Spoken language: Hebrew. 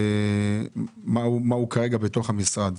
מהו כרגע בתוך המשרד.